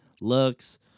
Looks